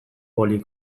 boli